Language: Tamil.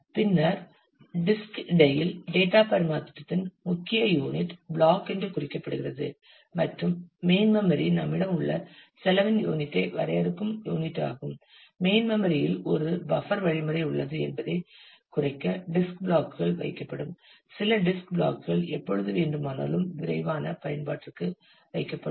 பின்னர் டிஸ்க் இடையில் டேட்டா பரிமாற்றத்தின் முக்கிய யூனிட் பிளாக் என்று குறிப்பிடுகிறது மற்றும் மெயின் மெம்மரி நம்மிடம் உள்ள செலவின் யூனிட் ஐ வரையறுக்கும் யூனிட் ஆகும் மெயின் மெம்மரி இல் ஒரு பஃப்பர் வழிமுறை உள்ளது என்பதைக் குறைக்க டிஸ்க் பிளாக் கள் வைக்கப்படும் சில டிஸ்க் பிளாக் கள் எப்போது வேண்டுமானாலும் விரைவான பயன்பாட்டிற்கு வைக்கப்படும்